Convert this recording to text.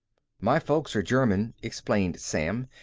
my folks are german, explained sam.